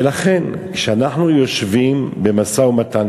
ולכן כשאנחנו יושבים במשא-ומתן,